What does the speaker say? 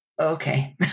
okay